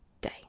day